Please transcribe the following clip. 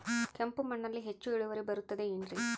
ಕೆಂಪು ಮಣ್ಣಲ್ಲಿ ಹೆಚ್ಚು ಇಳುವರಿ ಬರುತ್ತದೆ ಏನ್ರಿ?